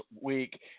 week